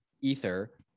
Ether